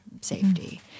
safety